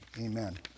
Amen